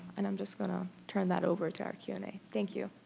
and i'm just going to turn that over to our q and a. thank you.